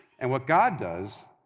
and what god does,